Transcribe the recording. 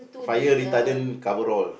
fire retardant cover all